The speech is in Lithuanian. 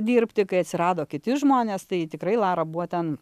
dirbti kai atsirado kiti žmonės tai tikrai lara buvo ten